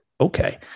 okay